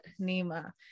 Nima